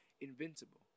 Invincible